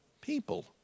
people